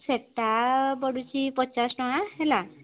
ସେଇଟା ପଡ଼ୁଛି ପଚାଶ ଟଙ୍କା ହେଲା